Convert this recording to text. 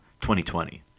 2020